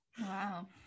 Wow